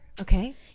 Okay